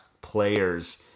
players